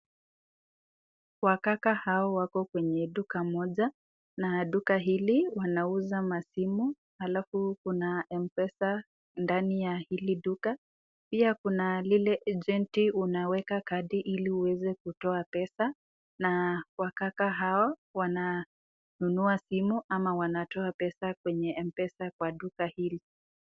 Wakaka hao wako kwenye duka moja na duka hii wanauza masimu alafu kuna M-pesa ndani ya hili duka. Pia kuna lile agenti unaweka kadi ili uweze kutoa pesa na wakaka hao wananunua simu ama wanatoa pesa kwenye M-pesa kwa duka hili.